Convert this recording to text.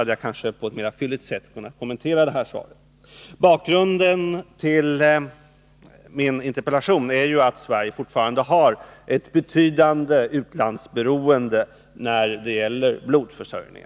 hade jag kanske på ett mera fylligt sätt kunnat kommentera svaret. Bakgrunden till min interpellation är att Sverige fortfarande har ett betydande utlandsberoende när det gäller blodförsörjning.